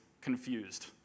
confused